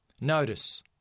Notice